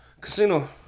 Casino